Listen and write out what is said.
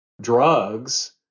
drugs